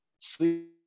sleep